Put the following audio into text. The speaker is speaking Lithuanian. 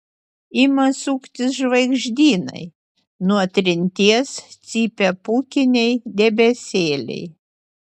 ima suktis žvaigždynai nuo trinties cypia pūkiniai debesėliai